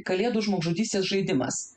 kalėdų žmogžudystės žaidimas